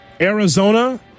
Arizona